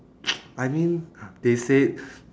I mean they said